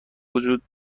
وجود